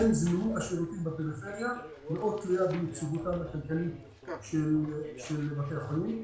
זמינות השירותים בפריפריה מאוד תלויה ביציבותם הכלכלית של בתי החולים,